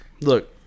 look